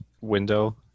window